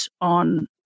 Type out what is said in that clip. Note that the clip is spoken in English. on